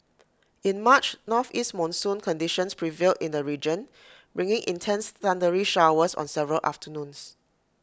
in March northeast monsoon conditions prevailed in the region bringing intense thundery showers on several afternoons